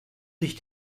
sich